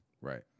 Right